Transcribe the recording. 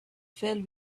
fell